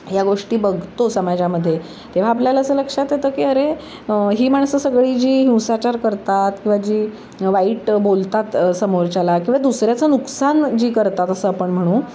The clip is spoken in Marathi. या गोष्टी बघतो समाजामध्ये तेव्हा आपल्याला असं लक्षात येतं की अरे ही माणसं सगळी जी हिंसाचार करतात किंवा जी वाईट बोलतात समोरच्याला किंवा दुसऱ्याचं नुकसान जी करतात असं आपण म्हणू